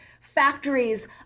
factories